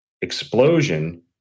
explosion